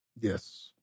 Yes